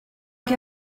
che